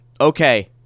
Okay